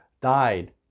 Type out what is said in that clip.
died